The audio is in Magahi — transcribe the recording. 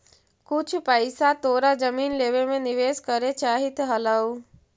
कुछ पइसा तोरा जमीन लेवे में निवेश करे चाहित हलउ